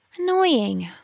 Annoying